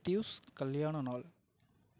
பிரத்யூஷ் கல்யாண நாள்